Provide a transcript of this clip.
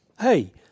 Hey